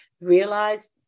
realize